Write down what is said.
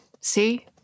See